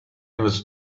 was